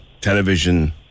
television